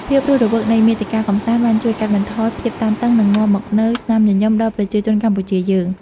ភាពរស់រវើកនៃមាតិកាកម្សាន្តបានជួយកាត់បន្ថយភាពតានតឹងនិងនាំមកនូវស្នាមញញឹមដល់ប្រជាជនកម្ពុជាយើង។